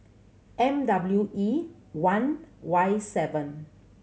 M W E one Y seven